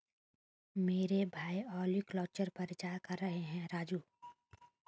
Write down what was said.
मेरे भैया ओलेरीकल्चर पर रिसर्च कर रहे हैं राजू